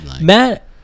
matt